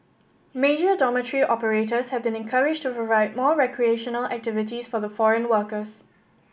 major dormitory operators have been encouraged to provide more recreational activities for the foreign workers